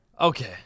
Okay